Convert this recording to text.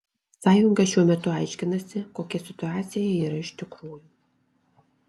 sąjunga šiuo metu aiškinasi kokia situacija yra iš tikrųjų